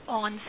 on